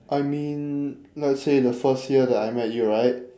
I mean let's say the first year that I met you right